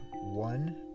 one